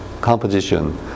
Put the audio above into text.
composition